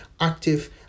active